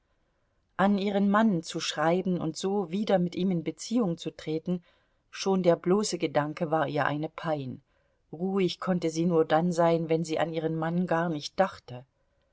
an ihren mann zu schreiben und so wieder mit ihm in beziehung zu treten schon der bloße gedanke war ihr eine pein ruhig konnte sie nur dann sein wenn sie an ihren mann gar nicht dachte